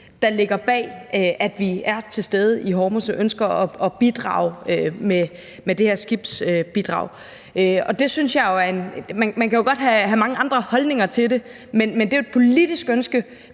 der ligger bag, at vi er tilstede i Hormuzstrædet og ønsker at bidrage med det her skibsbidrag. Man kan jo godt have mange andre holdninger til det, men det er et politisk ønske,